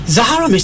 Zahara